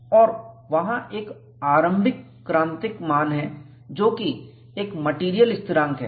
और वहां एक आरंभिक क्रांतिक मान है जोकि एक मैटेरियल स्थिरांक है